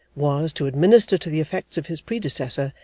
was, to administer to the effects of his predecessor,